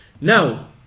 Now